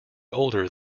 older